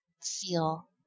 feel